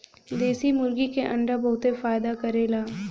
देशी मुर्गी के अंडा बहुते फायदा करेला